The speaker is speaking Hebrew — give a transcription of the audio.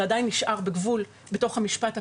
זה עדיין נשאר בתוך המשפט הפלילי,